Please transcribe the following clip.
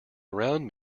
around